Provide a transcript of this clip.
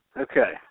Okay